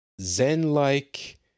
zen-like